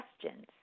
questions